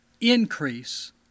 increase